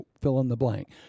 fill-in-the-blank